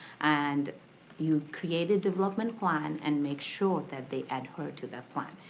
and you create a development plan and make sure that they adhere to the plan.